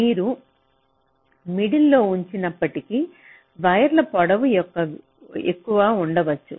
మీరు మిడిల్ లో ఉంచినప్పటికీ వైర్ల పొడవు ఎక్కువ ఉండవచ్చు